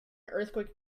earthquake